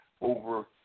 over